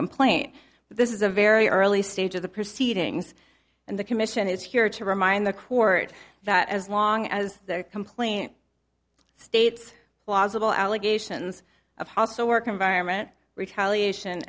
complaint but this is a very early stage of the proceedings and the commission is here to remind the court that as long as their complaint states plausible allegations of hostile work environment retaliation